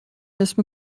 اسم